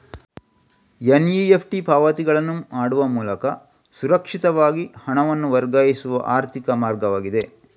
NEFT ಪಾವತಿಗಳನ್ನು ಮಾಡುವ ಮೂಲಕ ಸುರಕ್ಷಿತವಾಗಿ ಹಣವನ್ನು ವರ್ಗಾಯಿಸುವ ಆರ್ಥಿಕ ಮಾರ್ಗವಾಗಿದೆ